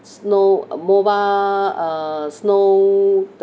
snow uh mobile uh snow